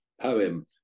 poem